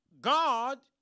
God